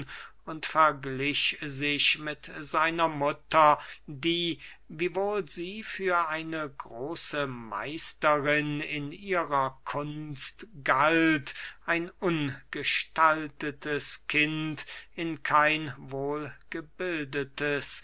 und verglich sich mit seiner mutter die wiewohl sie für eine große meisterin in ihrer kunst galt ein ungestaltes kind in kein